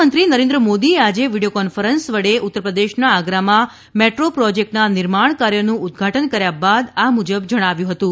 પ્રધાનમંત્રી નરેન્દ્ર મોદીએ આજે વીડિયો કોન્ફરન્સ વડે ઉત્તરપ્રદેશના આગ્રામાં મેટ્રો પ્રોજેક્ટના નિર્માણ કાર્યનું ઉદ્વાટન કર્યા બાદ આ મુજબ જણાવ્યું હતું